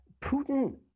Putin